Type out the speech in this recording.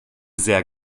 sehr